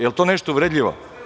Jel to nešto uvredljivo?